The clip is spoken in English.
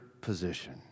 position